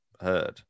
heard